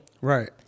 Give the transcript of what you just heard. Right